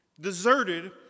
Deserted